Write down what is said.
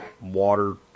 water